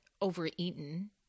overeaten